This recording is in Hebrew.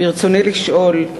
ברצוני לשאול: